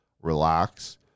relax